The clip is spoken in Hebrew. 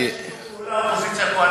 אתה רואה, יש שיתוף פעולה